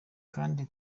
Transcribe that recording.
kandi